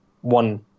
one